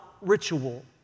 ritual